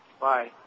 Bye